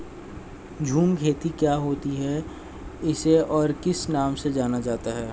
झूम खेती क्या होती है इसे और किस नाम से जाना जाता है?